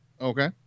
Okay